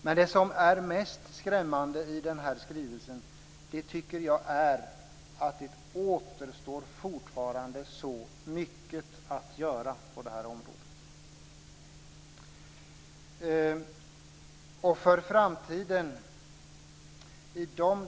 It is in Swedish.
Men det som är mest skrämmande i den här skrivelsen är att det fortfarande återstår så mycket att göra på det här området.